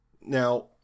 Now